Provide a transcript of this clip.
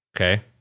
Okay